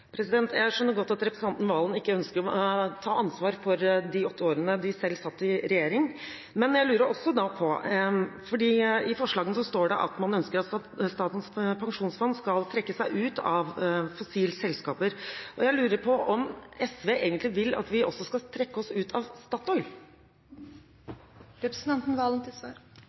Jeg skjønner godt at representanten Serigstad Valen ikke ønsker å ta ansvar for de åtte årene de selv satt i regjering. I forslagene står det at man ønsker at Statens pensjonsfond skal trekke seg ut av fossilselskaper. Jeg lurer på om SV egentlig vil at vi også skal trekke oss ut av Statoil?